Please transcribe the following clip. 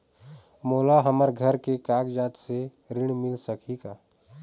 मोला हमर घर के कागजात से ऋण मिल सकही का?